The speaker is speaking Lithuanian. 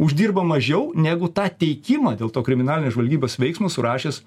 uždirba mažiau negu tą teikimą dėl to kriminalinės žvalgybos veiksmo surašęs